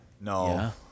No